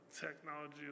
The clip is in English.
technology